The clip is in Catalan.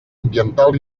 ambiental